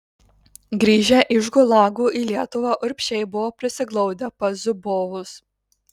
grįžę iš gulagų į lietuvą urbšiai buvo prisiglaudę pas zubovus